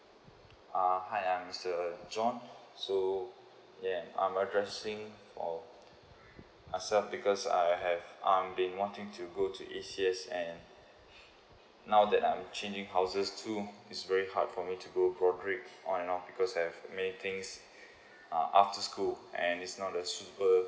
uh hi I'm mr john so yeah I'm addressing on uh served because I have I'm been wanting to go to A_C_S and now that I'm changing houses too it's very hard for me to go broadrick on and off because I have meeting uh after school and it's not the suitable